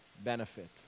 benefit